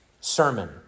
sermon